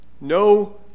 No